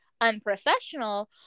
unprofessional